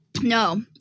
No